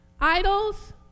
Idols